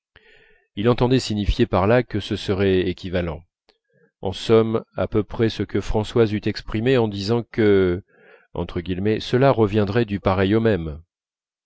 il entendait signifier par là que ce serait équivalent en somme à peu près ce que françoise eût exprimé en disant que cela reviendrait du pareil au même